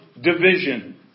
division